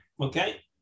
Okay